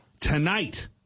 Tonight